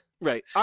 Right